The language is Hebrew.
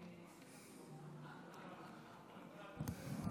אדוני היושב-ראש,